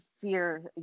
fear